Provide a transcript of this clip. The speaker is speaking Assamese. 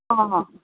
অঁ